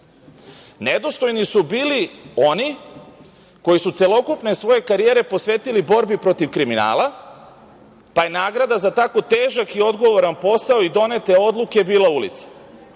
nedostojni. Nedostojni su bili oni koji su celokupne svoje karijere posvetili borbi protiv kriminala, pa je nagrada za tako težak i odgovoran posao i donete odluke bila ulica.